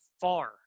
far